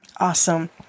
awesome